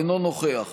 אינו נוכח